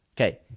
Okay